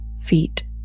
feet